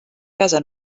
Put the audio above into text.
casa